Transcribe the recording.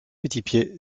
petitpied